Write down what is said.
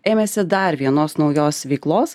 ėmėsi dar vienos naujos veiklos